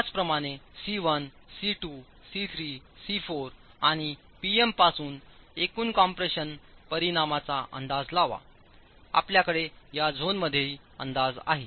त्याचप्रमाणे सी1 सी2 सी3 सी4 आणि Pm पासूनएकूणकॉम्प्रेशन परिणामाचाअंदाजलावाआपल्याकडे या झोनमध्येही अंदाज आहे